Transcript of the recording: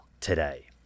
today